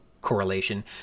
correlation